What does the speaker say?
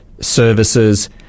services